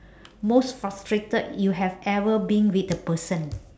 most frustrated you have ever been with a person